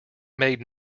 made